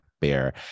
bear